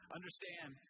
Understand